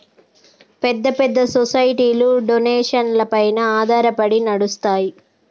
పెద్ద పెద్ద సొసైటీలు డొనేషన్లపైన ఆధారపడి నడుస్తాయి